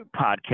podcast